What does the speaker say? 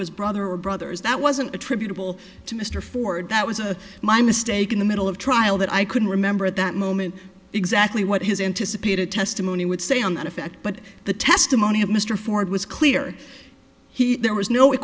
was brother or brothers that wasn't attributable to mr ford that was a my mistake in the middle of trial that i couldn't remember at that moment exactly what his anticipated testimony would say on that effect but the testimony of mr ford was clear he there was no